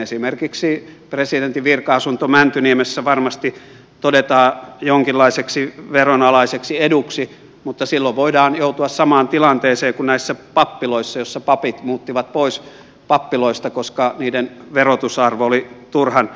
esimerkiksi presidentin virka asunto mäntyniemessä varmasti todetaan jonkinlaiseksi veronalaiseksi eduksi mutta silloin voidaan joutua samaan tilanteeseen kuin näissä pappiloissa joissa papit muuttivat pois pappiloista koska niiden verotusarvo oli turhan